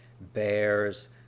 bears